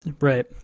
Right